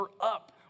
up